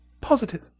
Positive